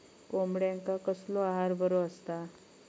कोंबड्यांका कसलो आहार बरो असता?